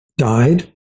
died